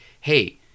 hey